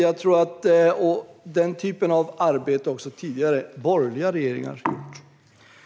Den typen av arbete har alltså också tidigare borgerliga regeringar gjort.